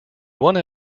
one